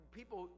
people